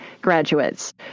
graduates